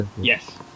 Yes